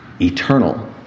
eternal